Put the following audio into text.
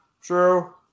True